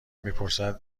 میپرسد